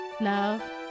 Love